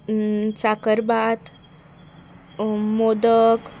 साकरभात मोदक